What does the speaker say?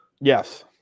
Yes